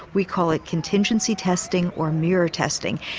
we call it contingency testing or mirror testing.